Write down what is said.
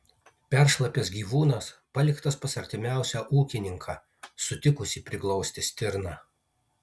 peršlapęs gyvūnas paliktas pas artimiausią ūkininką sutikusį priglausti stirną